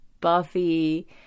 Buffy